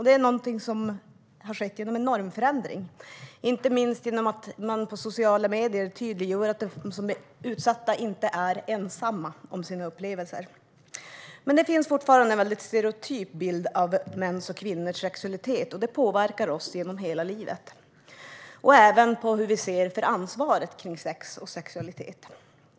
Det är någonting som har skett genom en normförändring, inte minst genom att man i sociala medier tydliggör att de som är utsatta inte är ensamma om sina upplevelser. Men det finns fortfarande en mycket stereotyp bild av mäns och kvinnors sexualitet, och det påverkar oss genom hela livet. Det påverkar oss även när det gäller hur vi ser på ansvaret kring sex och sexualitet.